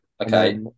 Okay